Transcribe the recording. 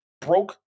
broke